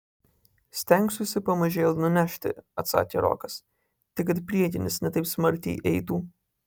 stengsiuosi pamažėl nunešti atsakė rokas tik kad priekinis ne taip smarkiai eitų